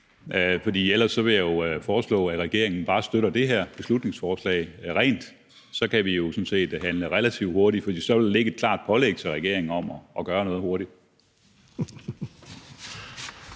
Ellers vil jeg foreslå, at regeringen bare støtter det her beslutningsforslag rent. Så kan vi jo sådan set handle relativt hurtigt, for så vil der ligge et klart pålæg til regeringen om at gøre noget hurtigt.